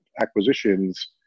acquisitions